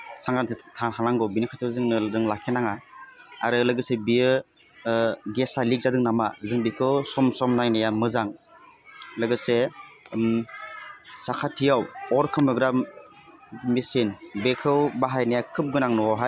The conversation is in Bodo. सांग्रांथि थानांगौ बेनि खाथियाव जोंनो जों लाखिनाङा आरो लोगोसे बेयो गेसा लिग जादों नामा जों बिखौ सम सम नायनाया मोजां लोगोसे साखाथियाव अर खोमोरग्रा मिचिन बेखौ बाहायनाया खोब गोनां न'वावहाय